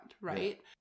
right